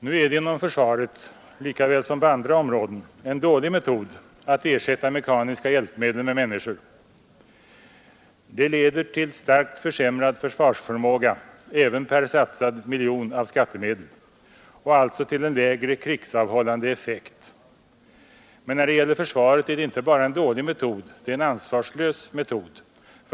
Nu är det inom försvaret lika väl som på alla andra områden en dålig metod att ersätta mekaniska hjälpmedel med människor. Det leder till en starkt försämrad försvarsförmåga, även per satsad miljon av skattemedel, och alltså till en lägre krigsavhållande effekt. Men när det gäller försvaret är det inte bara en dålig metod, det är en ansvarslös metod.